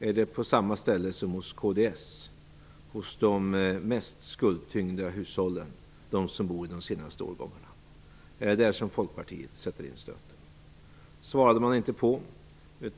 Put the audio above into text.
Är det på samma ställe som hos kds - hos de mest skuldtyngda hushållen, hos dem som bor i hus av de senaste årgångarna? Är det där som Folkpartiet sätter in stöten? Det svarade man inte på.